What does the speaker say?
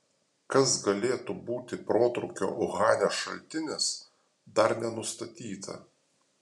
kas galėtų būti protrūkio uhane šaltinis dar nenustatyta